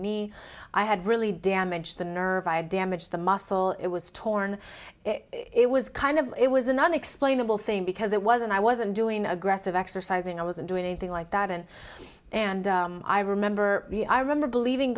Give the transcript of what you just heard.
knee i had really damaged the nerve damage the muscle it was torn it was kind of it was an unexplainable thing because it wasn't i wasn't doing aggressive exercising i wasn't doing anything like that and and i remember i remember believ